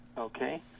Okay